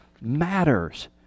Matters